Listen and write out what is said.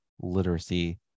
literacy